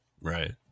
Right